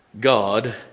God